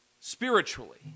spiritually